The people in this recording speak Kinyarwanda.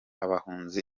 abahanuzi